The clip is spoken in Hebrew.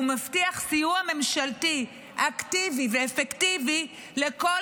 הוא מבטיח סיוע ממשלתי אקטיבי ואפקטיבי לכל